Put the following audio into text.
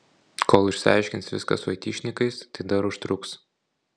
kol išsiaiškins viską su aitišnikais tai dar užtruks